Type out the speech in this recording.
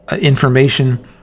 information